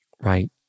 right